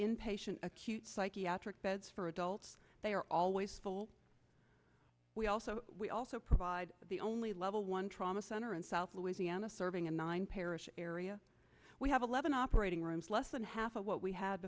inpatient acute psychiatric beds for adults they are always full we also we also provide the only level one trauma center in south louisiana serving a nine parish area we have eleven operating rooms less than half of what we had